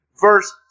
Verse